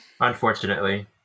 Unfortunately